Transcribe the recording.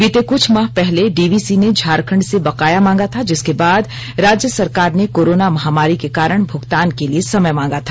बीते कुछ माह पहले डीवीसी ने झारखंड से बकाया मांगा था जिसके बाद राज्य सरकार ने कोरोना महामारी के कारण भुगतान के लिए समय मांगा था